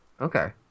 Okay